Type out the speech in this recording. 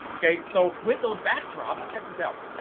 okay so with those backdrops, check this out.